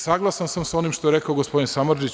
Saglasan sam sa onim što je rekao gospodin Samardžić.